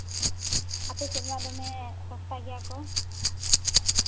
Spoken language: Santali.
ᱟᱯᱮ ᱥᱮᱫ ᱢᱟ ᱫᱚᱢᱮ ᱥᱟᱥᱛᱟ ᱜᱮᱭᱟ ᱠᱚ